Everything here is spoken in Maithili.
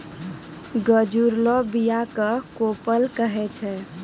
गजुरलो बीया क कोपल कहै छै